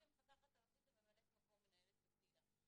אני מפקחת ארצית וממלאת מקום מנהלת 'מסילה'.